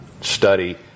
study